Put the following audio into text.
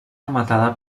rematada